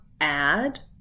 add